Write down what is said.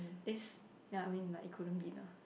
this ya I mean like it couldn't be lah